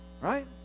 right